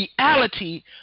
reality